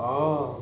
oh